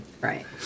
Right